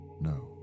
No